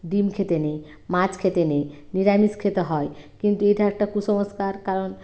ডিম খেতে নেই মাছ খেতে নেই নিরামিষ খেতে হয় কিন্তু এইটা একটা কুসংস্কার কারণ